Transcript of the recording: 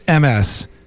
MS